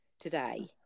today